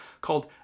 called